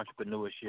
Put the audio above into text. entrepreneurship